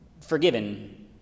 forgiven